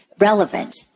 relevant